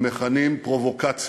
הם מכנים "פרובוקציה".